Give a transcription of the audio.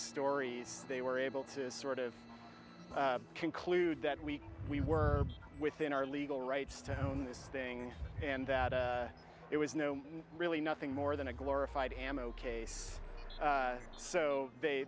stories they were able to sort of conclude that we we were within our legal rights to own this thing and that it was no really nothing more than a glorified ammo case so they